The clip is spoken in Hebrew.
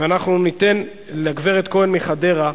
ואנחנו ניתן לגברת כהן מחדרה,